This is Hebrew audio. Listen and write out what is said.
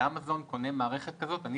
לאמזון וקונה מערכת כזאת, עליי